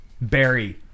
Barry